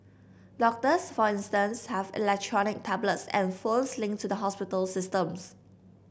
doctors for instance have electronic tablets and phones linked to the hospital systems